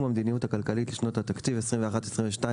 המדיניות הכלכלית לשנות התקציב 2021-2022),